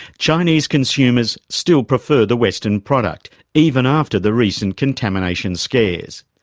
chinese consumers still prefer the western product, even after the recent contamination scares.